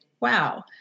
wow